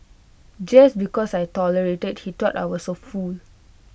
just because I tolerated he thought I was A fool